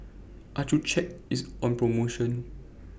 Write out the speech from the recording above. Accucheck IS on promotion